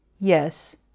Yes